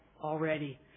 already